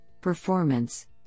performance